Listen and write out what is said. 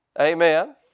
Amen